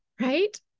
right